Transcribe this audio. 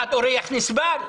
אחד אורח נסבל.